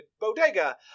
bodega